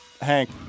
Hank